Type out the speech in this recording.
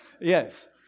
Yes